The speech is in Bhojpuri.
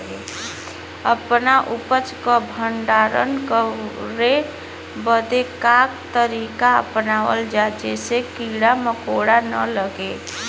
अपना उपज क भंडारन करे बदे का तरीका अपनावल जा जेसे कीड़ा मकोड़ा न लगें?